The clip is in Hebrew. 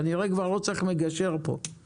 כנראה כבר לא צריך מגשר פה,